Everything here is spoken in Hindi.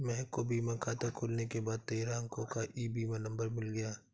महक को बीमा खाता खुलने के बाद तेरह अंको का ई बीमा नंबर मिल गया